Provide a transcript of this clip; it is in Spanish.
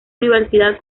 universidad